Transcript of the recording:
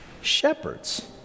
Shepherds